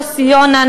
יוסי יונה,